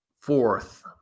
fourth